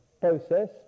process